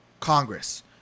congress